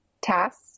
tasks